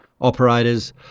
operators